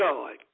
God